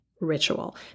ritual